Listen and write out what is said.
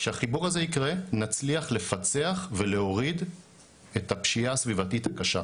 כשהחיבור הזה יקרה נצליח לפצח ולהוריד את הפשיעה הסביבתית הקשה.